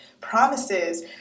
promises